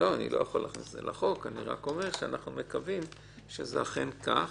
אנחנו מקווים שזה אכן כך.